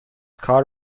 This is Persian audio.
کار